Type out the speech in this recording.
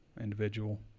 individual